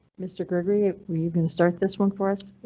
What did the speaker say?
mr. gregory, are you going to start this one for us?